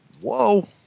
Whoa